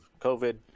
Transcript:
covid